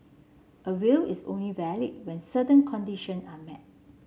a will is only valid when certain condition are met